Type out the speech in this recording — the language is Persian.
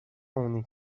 اونی